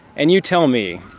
and you tell me,